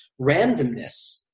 randomness